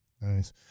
Nice